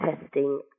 testing